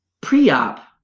pre-op